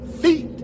feet